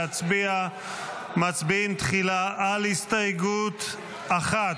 חברי הכנסת אביגדור ליברמן,